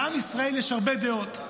בעם ישראל יש הרבה דעות.